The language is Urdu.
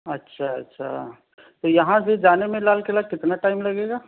اچھا اچھا تو یہاں سے جانے میں لال قلعہ کتنا ٹائم لگے گا